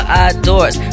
outdoors